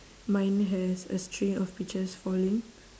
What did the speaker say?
mine has a string of peaches falling